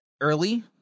early